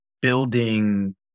building